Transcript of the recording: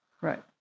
Right